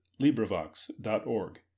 LibriVox.org